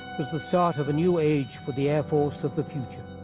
was the start of a new age for the air force of the future.